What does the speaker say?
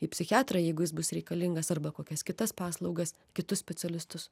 į psichiatrą jeigu jis bus reikalingas arba kokias kitas paslaugas kitus specialistus